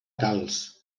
calç